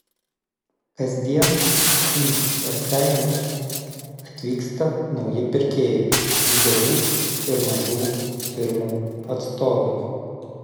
kasdien į raseinius atvyksta nauji pirkėjai didelių ir mažų firmų atstovai